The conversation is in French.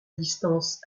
distance